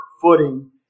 footing